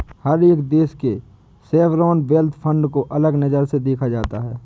हर एक देश के सॉवरेन वेल्थ फंड को अलग नजर से देखा जाता है